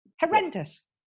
Horrendous